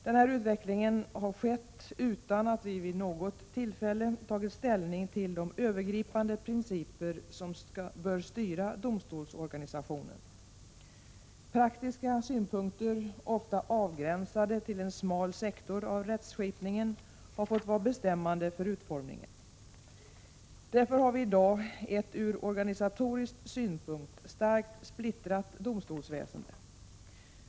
Denna utveckling har skett utan att vi vid något tillfälle tagit ställning till de övergripande principer som bör styra domstolsorganisationen. Praktiska synpunkter, ofta avgränsade till en smal sektor av rättsskipningen, har fått vara bestämmande för utformningen. Därför har vi i dag ett ur organisatorisk synpunkt starkt splittrat domstolsväsende.